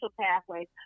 pathways